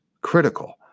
critical